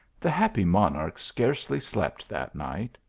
the happy monarch scarcely slept that night.